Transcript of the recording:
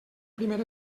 primer